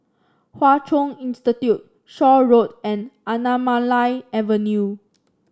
Hwa Chong Institution Shaw Road and Anamalai Avenue